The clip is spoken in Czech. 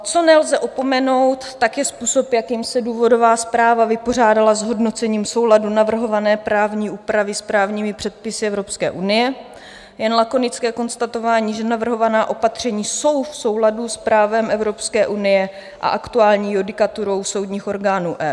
Co nelze opomenout, je způsob, jakým se důvodová zpráva vypořádala s hodnocením souladu navrhované právní úpravy s právními předpisy Evropské unie jen lakonické konstatování, že navrhovaná opatření jsou v souladu s právem Evropské unie a aktuální judikaturou soudních orgánů EU.